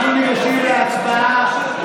אנחנו ניגשים להצבעה.